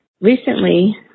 Recently